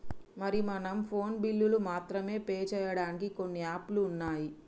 మరి మనం ఫోన్ బిల్లులు మాత్రమే పే చేయడానికి కొన్ని యాప్లు ఉన్నాయి